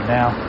now